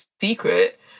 secret